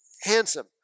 handsome